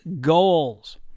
Goals